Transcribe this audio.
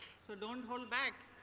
so don't hold back!